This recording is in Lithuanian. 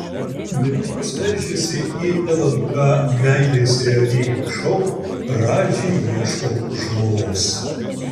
merginos veržiasi į lnk meilės realybės šou radži ieško žmonos